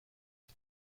het